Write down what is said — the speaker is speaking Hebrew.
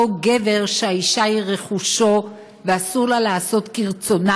גבר שהאישה היא רכושו ואסור לה לעשות כרצונה,